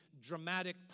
dramatic